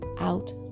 out